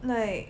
like